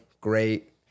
Great